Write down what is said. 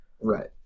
right